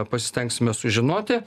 pasistengsime sužinoti